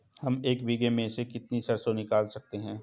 हम एक बीघे में से कितनी सरसों निकाल सकते हैं?